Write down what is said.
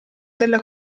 della